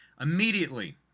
Immediately